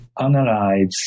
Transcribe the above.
analyze